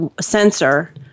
sensor